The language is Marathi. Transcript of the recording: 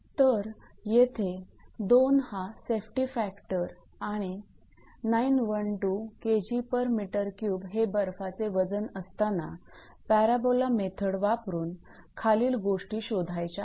तर येथे 2 हा सेफ्टी फॅक्टर आणि हे बर्फाचे वजन असताना पॅराबोला मेथड वापरून खालील गोष्टी शोधायच्या आहेत